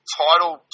title